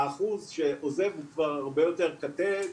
האחוז שעוזב הוא כבר הרבה יותר קטן,